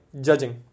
judging